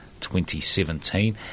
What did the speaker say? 2017